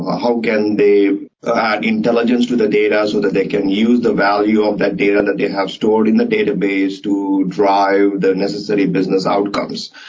ah how can they intelligence to the data, so that they can use the value of that data that they have stored in the database to drive the necessary business outcomes?